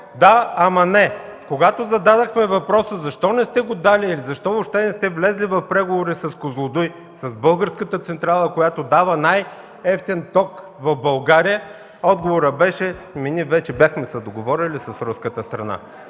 Да, ама не! Когато зададохме въпроса: „Защо въобще не сте влезли в преговори с „Козлодуй”, с българската централа, която дава най-евтин ток в България?”, отговорът беше: „Ние вече бяхме се договорили с руската страна”.